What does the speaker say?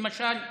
למשל,